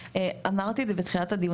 ואמרתי את זה בתחילת הדיון,